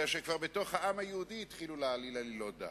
אלא שכבר בתוך העם היהודי התחילו להעליל עלילות דם.